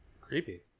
Creepy